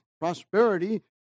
Prosperity